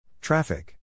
Traffic